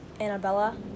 Annabella